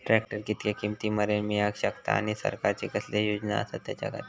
Tractor कितक्या किमती मरेन मेळाक शकता आनी सरकारचे कसले योजना आसत त्याच्याखाती?